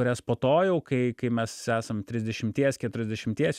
kurias po to jau kai kai mes esam trisdešimties keturiasdešimties